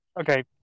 Okay